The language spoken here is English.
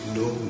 no